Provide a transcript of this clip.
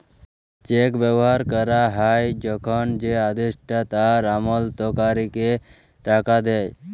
check ব্যবহার ক্যরা হ্যয় যখল যে আদেষ্টা তার আমালতকারীকে টাকা দেয়